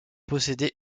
posséder